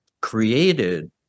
created